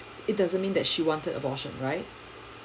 it doesn't mean that she wanted abortion right